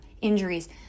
injuries